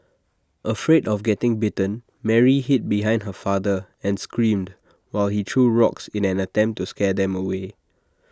afraid of getting bitten Mary hid behind her father and screamed while he threw rocks in an attempt to scare them away